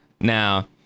Now